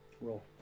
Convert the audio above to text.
Roll